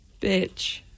bitch